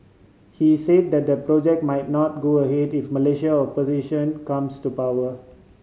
he say that the project might not go ahead if Malaysia opposition comes to power